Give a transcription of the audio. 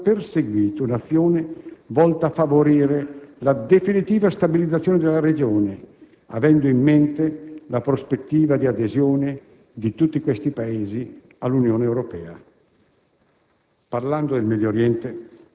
Nei Balcani abbiamo perseguito un'azione volta a favorire la definitiva stabilizzazione della regione, avendo in mente la prospettiva di adesione di tutti questi Paesi all'Unione Europea.